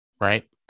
right